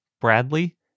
Bradley